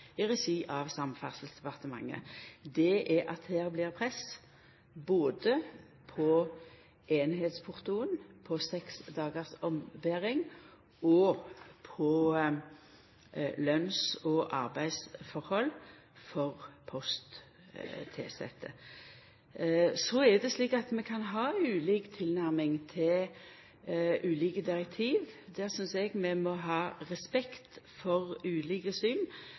i regi av Samferdselsdepartementet – er at det her blir press både på einheitsportoen, på seks dagars ombering og på lønns- og arbeidsforhold for posttilsette. Så er det slik at vi kan ha ulik tilnærming til ulike direktiv. Her synest eg vi må ha respekt for ulike syn.